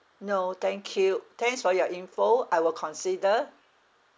no thank you thanks for your info I will consider